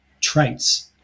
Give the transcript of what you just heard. traits